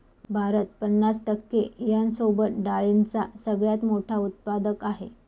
भारत पन्नास टक्के यांसोबत डाळींचा सगळ्यात मोठा उत्पादक आहे